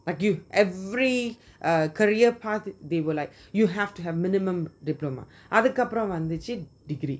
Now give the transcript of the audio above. argued every uh career path they will like you have to have minimum diploma அதுக்கு அப்புறம் வந்துச்சி:athuku apram vanthuchi degree